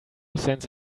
sense